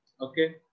Okay